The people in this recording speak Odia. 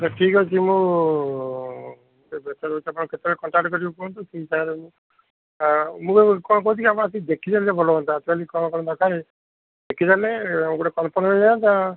ଠିକ୍ ଅଛି ମୁଁ ବ୍ୟସ୍ତ ରହୁଛି ଟିକେ ଆପଣ କେତେବେଳେ ଆପଣଙ୍କୁ କଣ୍ଟାକ୍ଟ କରିବେ କୁହନ୍ତୁ ତା'ପରେ ମୁଁ ଆଉ ମୁଁ ଆଉ କ'ଣ କହୁଛି ଆପଣ ଟିକେ ଆସି ଦେଖିଦେଲେ ଭଲ ହୁଅନ୍ତା ଅକ୍ଚ୍ୟୁଆଲି କ'ଣ କ'ଣ ଦରକାର ଦେଖିଦେଲେ ଗୋଟେ କନଫର୍ମ ହେଇଯାଆନ୍ତା